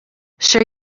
sure